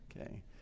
Okay